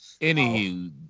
Anywho